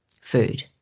food